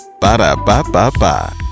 Ba-da-ba-ba-ba